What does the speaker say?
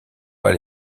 pas